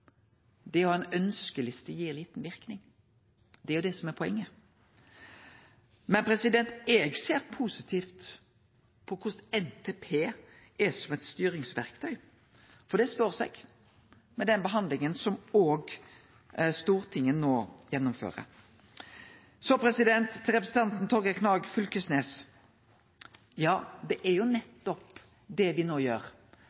ha en ønskeliste gir liten virkning» – det er jo det som er poenget. Men eg ser positivt på korleis NTP er som eit styringsverktøy, for det står seg med den behandlinga som også Stortinget no gjennomfører. Så til representanten Torgeir Knag Fylkesnes: Det er nettopp det me no gjer.